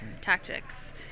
tactics